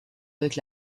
avec